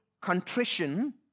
contrition